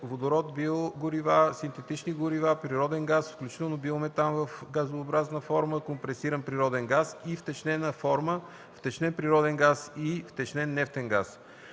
водород, биогорива, синтетични горива, природен газ, включително биометан в газообразна форма (компресиран природен газ) и втечнена форма (втечнен природен газ и втечнен нефтен газ).